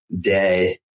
day